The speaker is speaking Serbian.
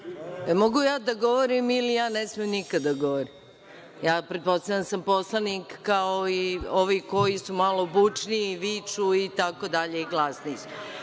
mogu ja da govorim ili ja ne smem nikada da govorim? Pretpostavljam da sam poslanik kao i ovi koji su malo bučni i viču itd. i glasniji